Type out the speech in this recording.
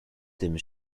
tym